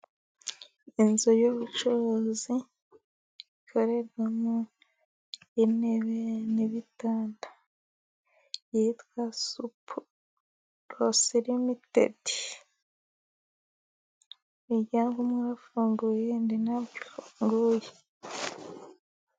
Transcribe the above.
Inzu y'ubucuruzi ikorerwamo intebe n'ibitanda yitwa Supuroselimitidi. Umuryango umwe urafunguye, undi nta bwo ufunguye.